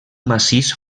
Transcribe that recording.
massís